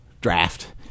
draft